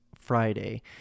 Friday